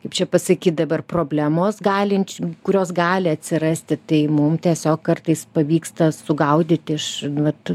kaip čia pasakyt dabar problemos galinč kurios gali atsirasti tai mum tiesiog kartais pavyksta sugaudyti iš vat